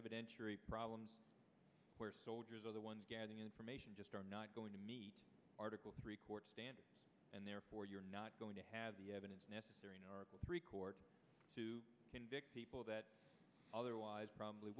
evidentiary problems where soldiers are the ones getting information just are not going to meet article three court standard and therefore you're not going to have the evidence necessary nor the three court to convict people that otherwise probably